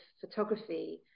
photography